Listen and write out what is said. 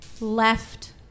left